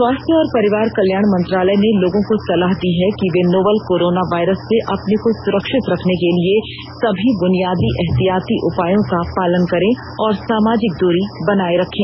स्वास्थ्य और परिवार कल्याण मंत्रालय ने लोगों को सलाह दी है कि वे नोवल कोरोना वायरस से अपने को सुरक्षित रखने के लिए सभी बुनियादी एहतियाती उपायों का पालन करें और सामाजिक दूरी बनाए रखें